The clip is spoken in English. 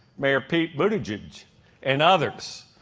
mayor pete buttigieg and others.